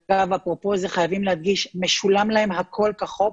חייבים להדגיש, משולם הכול כחוק,